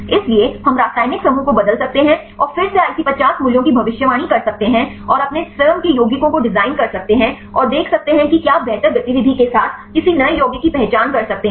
इसलिए हम रासायनिक समूह को बदल सकते हैं और फिर से IC50 मूल्यों की भविष्यवाणी कर सकते हैं और आप अपने स्वयं के यौगिकों को डिजाइन कर सकते हैं और देख सकते हैं कि क्या आप बेहतर गतिविधि के साथ किसी नए यौगिक की पहचान कर सकते हैं